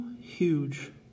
huge